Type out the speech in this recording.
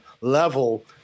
level